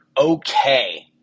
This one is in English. okay